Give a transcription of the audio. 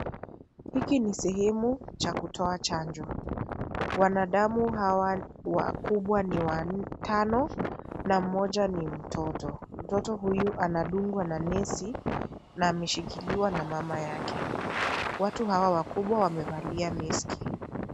Hiki ni sehemu cha kutoa chanjo. Wanadamu hawa wakubwa ni watano na mmoja ni mtoto. Mtoto huyu anadungwa na nesi na ameshikiliwa na mama yake. Watu hawa wakubwa wamevalia maski.